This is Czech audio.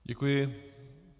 Děkuji.